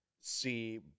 see